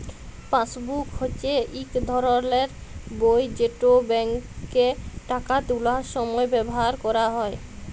passbook হচ্যে ইক ধরলের বই যেট ব্যাংকে টাকা তুলার সময় ব্যাভার ক্যরে